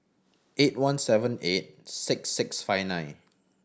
eight one seven eight six six five nine